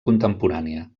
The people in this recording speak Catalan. contemporània